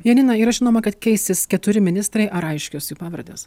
janina yra žinoma kad keisis keturi ministrai ar aiškios jų pavardės